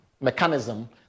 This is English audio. mechanism